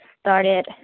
started